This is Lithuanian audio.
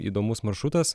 įdomus maršrutas